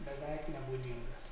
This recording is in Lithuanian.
beveik nebūdingas